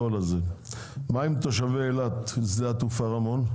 מה עם תושבי אילת ושדה התעופה רמון?